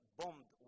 bombed